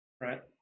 right